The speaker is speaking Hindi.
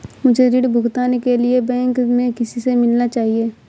मुझे ऋण भुगतान के लिए बैंक में किससे मिलना चाहिए?